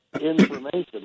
information